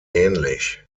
ähnlich